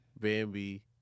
Bambi